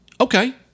Okay